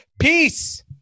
peace